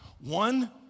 One